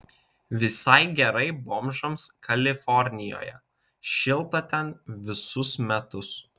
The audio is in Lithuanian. visai gerai bomžams kalifornijoje šilta ten visus metus